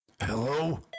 Hello